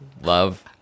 Love